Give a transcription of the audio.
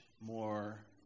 more